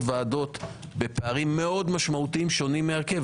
ועדות בפערים מאוד משמעותיים שונים מההרכב.